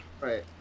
Right